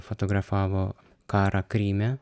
fotografavo karą kryme